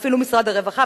אפילו משרד הרווחה.